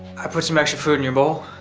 i put some extra food in your bowl.